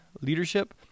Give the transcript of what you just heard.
leadership